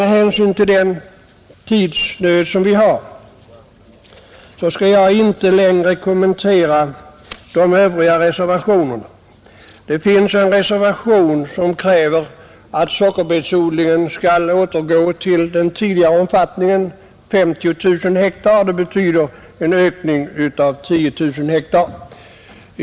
Med hänsyn till den tidsnöd vi nu arbetar under skall jag inte med många ord kommentera de övriga reservationerna. I ett särskilt yttrande krävs att sockerbetsodlingen skall ökas ut till tidigare omfattning, 50 000 hektar, dvs. en ökning med 10 000 hektar.